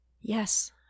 Yes